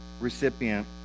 recipient